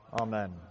amen